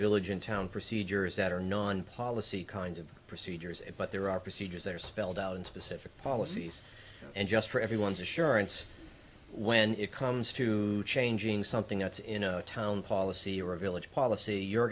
village in town procedures that are non policy kinds of procedures but there are procedures there spelled out in specific policies and just for everyone's assurance when it comes to changing something that's in a town policy or a village policy you're